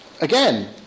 again